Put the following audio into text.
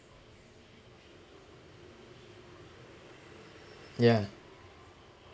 yeah